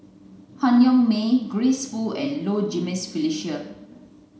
Han Yong May Grace Fu and Low Jimenez Felicia